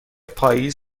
پاییز